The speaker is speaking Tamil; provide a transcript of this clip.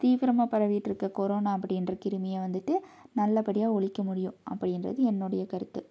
தீவிரமாக பரவிட்டு இருக்க கொரோனா அப்படின்ற கிருமியை வந்துட்டு நல்லபடியாக ஒழிக்க முடியும் அப்படின்றது என்னோடைய கருத்து